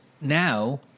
now